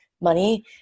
money